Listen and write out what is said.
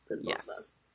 Yes